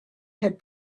had